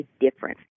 difference